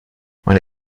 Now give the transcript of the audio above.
meine